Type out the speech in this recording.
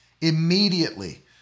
immediately